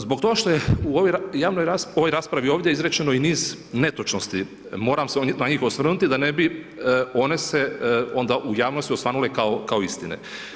Zbog toga što je u ovoj raspravi ovdje izrečeno i niz netočnosti, moram se na njih osvrnuti da ne bi one se onda u javnosti osvanule kao istine.